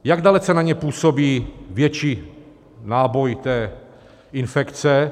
Jak dalece na ně působí větší náboj té infekce?